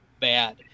bad